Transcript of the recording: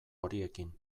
horiekin